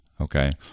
Okay